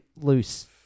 loose